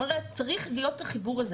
כלומר, צריך להיות החיבור הזה